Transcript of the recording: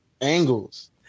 angles